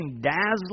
dazzling